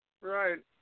Right